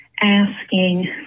asking